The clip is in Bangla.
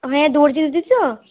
আপনি দর্জি দিদি তো